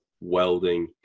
welding